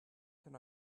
can